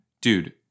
Dude